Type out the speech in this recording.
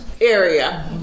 area